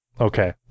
Okay